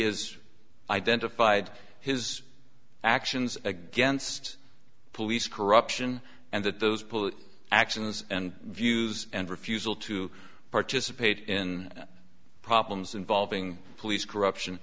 is identified his actions against police corruption and that those police actions and views and refusal to participate in problems involving police corruption